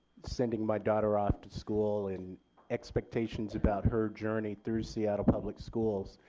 sending my daughter off to school and expectations about her journey through seattle public schools,